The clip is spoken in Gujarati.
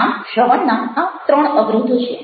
આમ શ્રવણના આ ત્રણ અવરોધો છે